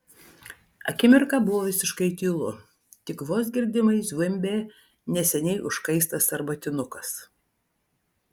akimirką buvo visiškai tylu tik vos girdimai zvimbė neseniai užkaistas arbatinukas